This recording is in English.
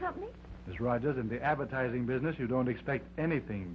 company is right doesn't the advertising business you don't expect anything